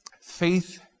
faith